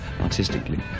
artistically